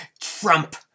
Trump